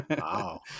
Wow